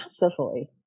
massively